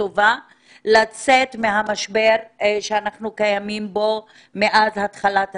טובה לצאת מהמשבר שאנחנו בו מאז התחלת הסגר.